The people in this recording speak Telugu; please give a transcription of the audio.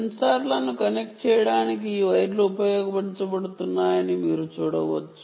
సెన్సార్లను కనెక్ట్ చేయడానికి ఈ వైర్లు ఉపయోగించబడుతున్నాయని మీరు చూడవచ్చు